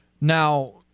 Now